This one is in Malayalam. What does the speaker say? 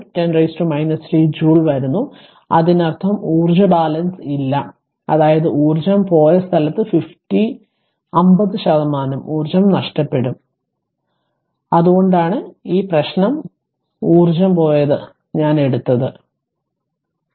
5 10 3 ജൂൾസ് വരുന്നു അതിനർത്ഥം ഊർജ്ജ ബാലൻസ് ഇല്ല അതായത് ഊർജ്ജം പോയ സ്ഥലത്ത് 50 ശതമാനം ഊർജ്ജം നഷ്ടപ്പെടും അതുകൊണ്ടാണ് ഞാൻ ഈ പ്രശ്നം എടുത്തത് ഈ ഊർജ്ജം പോയ ഇടത്തേക്ക്